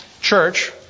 church